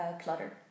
clutter